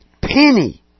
penny